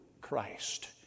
Christ